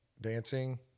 dancing